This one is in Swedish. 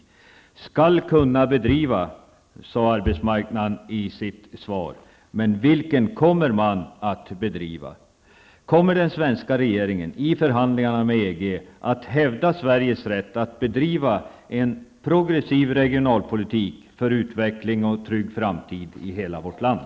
Arbetsmarknadsministern sade i sitt svar att han bedömer att vi i framtiden ''skall kunna bedriva'' en aktiv regionalpolitik, men vilken form av regionalpolitik kommer man att bedriva? Kommer den svenska regeringen i förhandlingarna med EG att hävda Sveriges rätt att bedriva en progressiv regionalpolitik för utveckling och för en trygg framtid i hela vårt land?